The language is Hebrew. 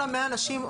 כל ה-100 אנשים,